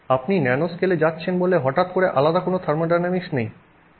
আপনি ন্যানোস্কেলে যাচ্ছেন বলে হঠাৎ করে আলাদা কোনো থার্মোডাইনামিক্স নেই